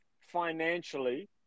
financially